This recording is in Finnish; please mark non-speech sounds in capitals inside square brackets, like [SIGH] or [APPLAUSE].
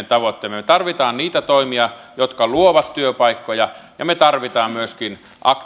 [UNINTELLIGIBLE] tavoitteemme me tarvitsemme niitä toimia jotka luovat työpaikkoja ja me tarvitsemme myöskin